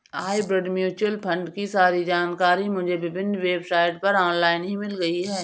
hybrid mutual fund की सारी जानकारी मुझे विभिन्न वेबसाइट पर ऑनलाइन ही मिल गयी